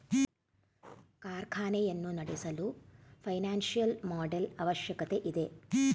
ಕಾರ್ಖಾನೆಯನ್ನು ನಡೆಸಲು financial model ಅವಶ್ಯಕತೆ ಇದೆ